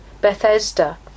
Bethesda